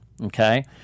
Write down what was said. okay